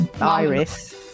Iris